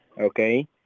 okay